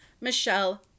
Michelle